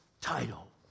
title